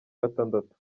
gatandatu